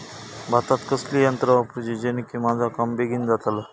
भातात कसली यांत्रा वापरुची जेनेकी माझा काम बेगीन जातला?